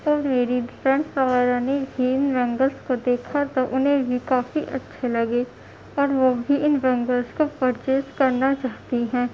اور میری فرینڈس وغیرہ نے بھی ان بینگلس کو دیکھ کر انہیں بھی کافی اچھے لگے اور وہ بھی ان بینگلس کو پرچیز کرنا چاہتی ہیں